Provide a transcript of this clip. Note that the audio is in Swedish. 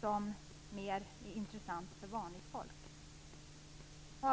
som är mer intressant för vanligt folk. Fru talman!